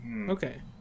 Okay